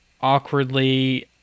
awkwardly